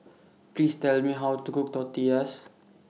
Please Tell Me How to Cook Tortillas